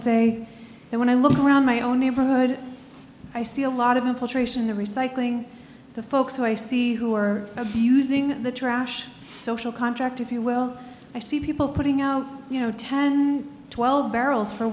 say that when i look around my own neighborhood i see a lot of infiltration of recycling the folks who i see who are abusing the trash social contract if you will i see people putting out you know ten twelve barrels for